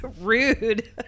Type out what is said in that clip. rude